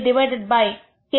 divided by k